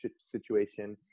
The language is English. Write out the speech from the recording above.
situation